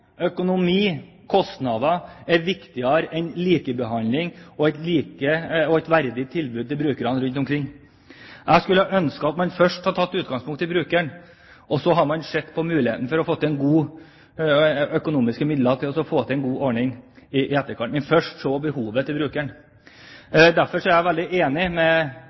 økonomi, kostnader, er viktigere enn likebehandling og et verdig tilbud til brukerne rundt omkring. Jeg skulle ønske at man først hadde tatt utgangspunkt i brukeren, og så sett på muligheten for økonomiske midler for å få til en god ordning i etterkant – men først altså se behovet til brukeren. Derfor er jeg veldig enig med